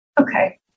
Okay